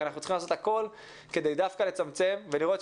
עכשיו